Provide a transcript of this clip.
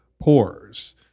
pores